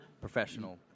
professional